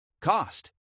Cost